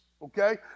Okay